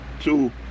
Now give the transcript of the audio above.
two